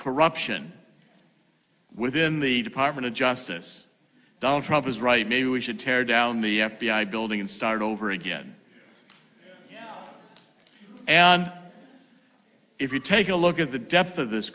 corruption within the department of justice donald trump is right maybe we should tear down the f b i building and start over again and if you take a look at the depth of this